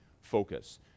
focus